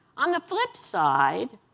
on the flipside,